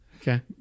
Okay